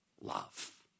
love